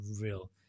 real